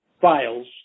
files